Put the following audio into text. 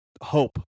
hope